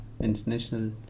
international